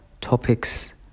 topics